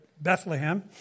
Bethlehem